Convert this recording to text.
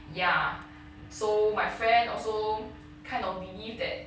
ya so my friend also kind of believe that